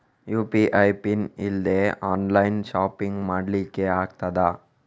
UPI PIN ಇಲ್ದೆ online shopping ಮಾಡ್ಲಿಕ್ಕೆ ಆಗ್ತದಾ?